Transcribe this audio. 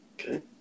Okay